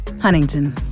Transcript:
Huntington